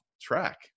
track